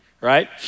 right